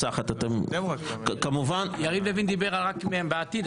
אם יריב לוין דיבר על רק אם הם בעתיד,